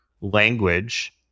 language